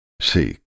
Seek